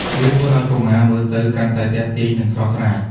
វាធ្វើឱ្យកុមារមើលទៅកាន់តែទាក់ទាញ និងស្រស់ស្រាយ។